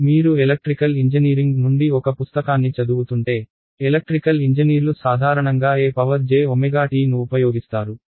మీరు electrical engineering నుండి ఒక పుస్తకాన్ని చదువుతుంటే ఎలక్ట్రికల్ ఇంజనీర్లు సాధారణంగా e jt ను ఉపయోగిస్తారు